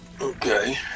Okay